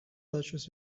touches